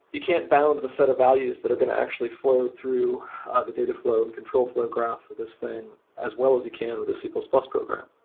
you can't bound the set of values that are going to actually flow through ah the data flow and control flow graph of this thing as wel l as you can with a c plus plus program.